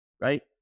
right